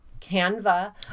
canva